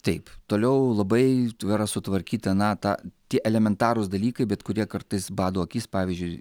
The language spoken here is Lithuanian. taip toliau labai tvera sutvarkyta na ta tie elementarūs dalykai bet kurie kartais bado akis pavyzdžiui